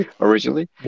Originally